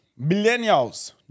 millennials